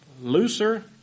looser